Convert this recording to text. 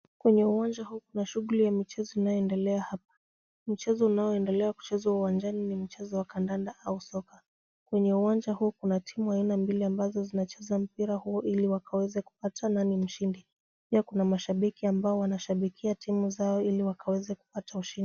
Kwenye uwanja huu kuna shughuli ya michezo inayoendelea hapo, mchezo unaoendelea kuchezwa uwanjani ni mchezo wa kandanda au soka, kwenye uwanja huu kuna timu aina mbili ambazo zinacheza mpira huo ili wakaweze kupata nani mshindi, pia kuna mashabiki ambao wanashabikia timu zao ili wakaweze kupata ushindi.